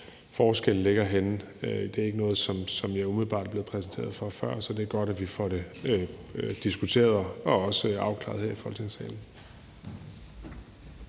forskellen ligger. Det er ikke noget, som jeg umiddelbart er blevet præsenteret for før, så det er godt, at vi får det diskuteret og også afklaret her i Folketingssalen.